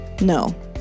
No